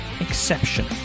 exception